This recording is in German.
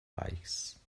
reichs